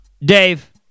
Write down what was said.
Dave